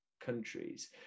countries